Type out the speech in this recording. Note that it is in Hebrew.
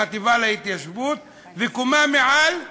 בחטיבה להתיישבות, ובקומה מעל,